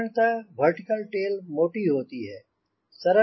साधारणतः vertical tail मोटी होती है